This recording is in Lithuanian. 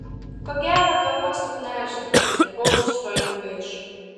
ko gero galva suknežinta ir paukštis tuoj nugaiš